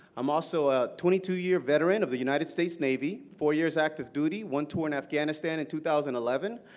i'm also a twenty two year veteran of the united states navy, four years active duty, one tour in afghanistan in two thousand and eleven.